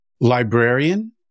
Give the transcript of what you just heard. Librarian